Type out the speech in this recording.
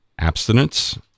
Abstinence